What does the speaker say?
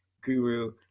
guru